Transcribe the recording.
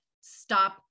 stop